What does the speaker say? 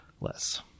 less